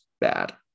bad